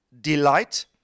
delight